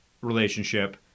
relationship